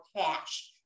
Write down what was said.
cash